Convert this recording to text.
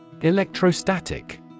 Electrostatic